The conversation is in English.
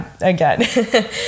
again